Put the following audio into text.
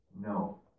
no